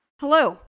Hello